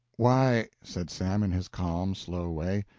why, said sam in his calm, slow way,